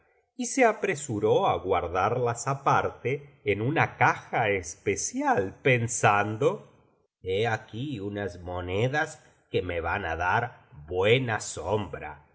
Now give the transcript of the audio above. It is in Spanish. y se apresuró á guardarlas aparte en una caja especial pensando he aquí unas monedas que me van á dar buena sombra